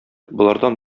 болардан